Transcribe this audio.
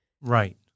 Right